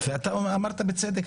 אמרת בצדק,